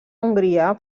hongria